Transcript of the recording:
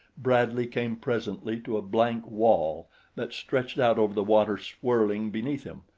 bradley came presently to a blank wall that stretched out over the water swirling beneath him,